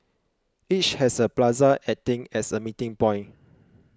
each has a plaza acting as a meeting point